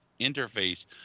interface